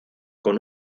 con